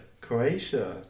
Croatia